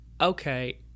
okay